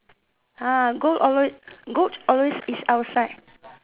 ah goat always goat always is outside